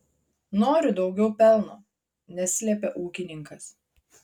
noriu daugiau pelno neslėpė ūkininkas